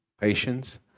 patience